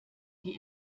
die